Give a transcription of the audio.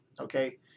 Okay